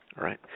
right